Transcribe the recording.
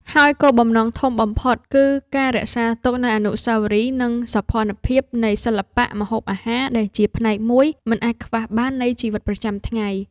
ហើយគោលបំណងធំបំផុតគឺការរក្សាទុកនូវអនុស្សាវរីយ៍ និងសោភ័ណភាពនៃសិល្បៈម្ហូបអាហារដែលជាផ្នែកមួយមិនអាចខ្វះបាននៃជីវិតប្រចាំថ្ងៃ។